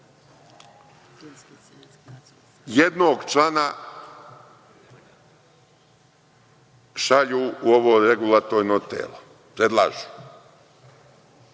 jednog člana šalju u ovo regulatorno telo, predlažu. Kako